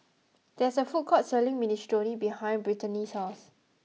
there is a food court selling Minestrone behind Brittni's house